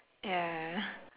ya